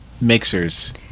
mixers